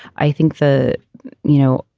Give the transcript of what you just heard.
i think the you know,